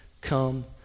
Come